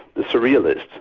the surrealist,